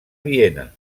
viena